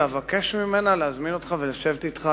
ואבקש ממנה להזמין אותך ולשבת אתך,